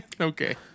Okay